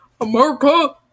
America